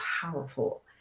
powerful